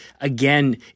again